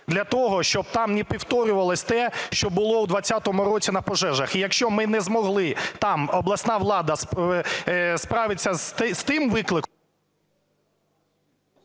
для того, щоб там не повторювалося те, що було у 2020 році на пожежах. І якщо ми не змогли, там обласна влада, справитися з тим викликом...